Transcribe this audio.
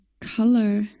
color